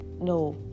no